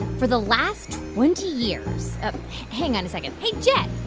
for the last twenty years hang on a second. hey, jed